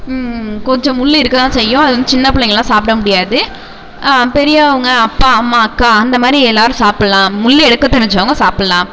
கொஞ்சம் முள் இருக்க தான் செய்யும் அது வந்து சின்ன பிள்ளைங்கெல்லாம் சாப்பிட முடியாது பெரியவங்கள் அப்பா அம்மா அக்கா அந்த மாதிரி எல்லாரும் சாப்பிட்லாம் முள் எடுக்க தெரிஞ்சவங்கள் சாப்புடலாம்